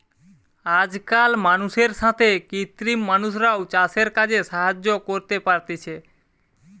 আজকাল মানুষের সাথে কৃত্রিম মানুষরাও চাষের কাজে সাহায্য করতে পারতিছে